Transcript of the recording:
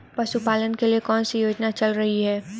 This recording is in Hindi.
पशुपालन के लिए कौन सी योजना चल रही है?